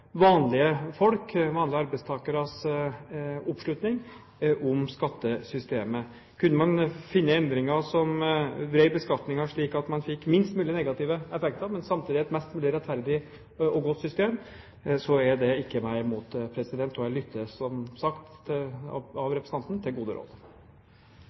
vanlige folks og vanlige arbeidstakeres oppslutning om skattesystemet. Kunne man finne endringer som vred beskatningen slik at man fikk minst mulig negative effekter, men samtidig et mest mulig rettferdig og godt system, er ikke det meg imot. Og jeg lytter, som sagt av representanten, til gode råd. Replikkordskiftet er omme. De